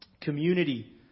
community